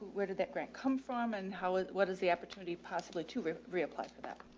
where did that grant come from and how, what is the opportunity possibly to reapply for that?